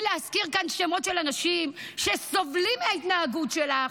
להזכיר כאן שמות של אנשים שסובלים מההתנהגות שלך,